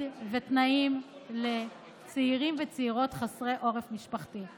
ותנאים לצעירים וצעירות חסרי עורף משפחתי.